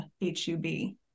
H-U-B